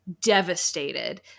devastated